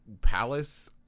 palace